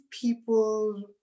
people